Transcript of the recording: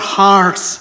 hearts